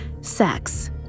sex